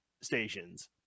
stations